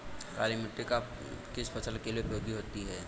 काली मिट्टी किस फसल के लिए उपयोगी होती है?